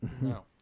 no